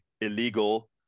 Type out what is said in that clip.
illegal